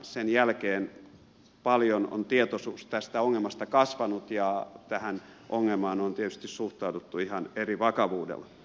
sen jälkeen on paljon tietoisuus tästä ongelmasta kasvanut ja tähän ongelmaan on tietysti suhtauduttu ihan eri vakavuudella